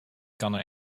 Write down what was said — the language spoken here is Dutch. kannen